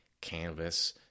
canvas